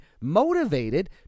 motivated